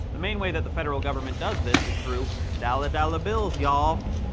the main way that the federal government does this is through dollar-dollar bills, y'all.